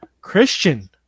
Christian